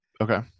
Okay